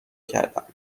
کردم